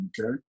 okay